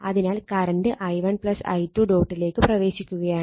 അതിനാൽ current i1 i2 ഡോട്ടിലേക്ക് പ്രവേശിക്കുകയാണ്